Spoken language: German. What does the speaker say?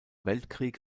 weltkrieg